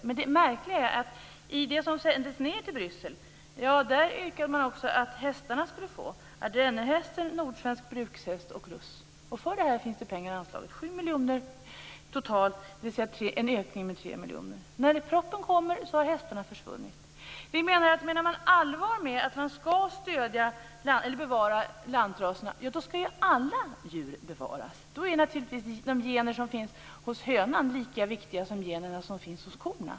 Men det märkliga är att i det som sändes till Bryssel, yrkade man också att hästarna skulle få detta; ardennerhäst, nordsvensk brukshäst och russ. För detta finns det pengar anslagna. Totalt handlar det om När proppen kommer har hästarna försvunnit. Menar man allvar med att man skall bevara lantraserna, så menar vi att alla skall djur bevaras.